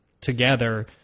together